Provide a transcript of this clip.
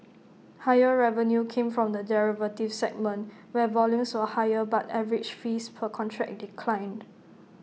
higher revenue came from the derivatives segment where volumes were higher but average fees per contract declined